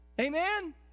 Amen